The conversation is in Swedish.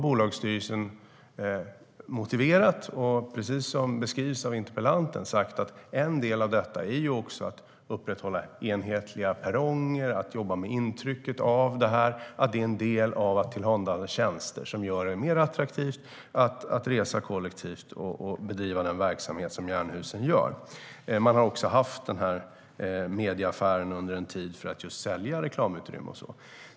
Bolagsstyrelsen har då motiverat och, precis som beskrivs av interpellanten, sagt att en del av detta är att upprätthålla enhetliga perronger och jobba med intrycket av detta. Det är en del av att tillhandahålla tjänster som gör det mer attraktivt att resa kollektivt och bedriva den verksamhet Jernhusen gör. Man har också haft medieaffären under en tid, för att just sälja reklamutrymme och så.